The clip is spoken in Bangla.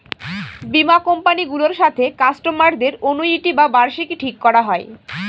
বীমা কোম্পানি গুলোর সাথে কাস্টমারদের অনুইটি বা বার্ষিকী ঠিক করা হয়